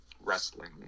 wrestling